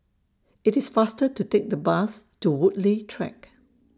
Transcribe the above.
IT IS faster to Take The Bus to Woodleigh Track